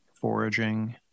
foraging